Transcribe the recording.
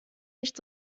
nicht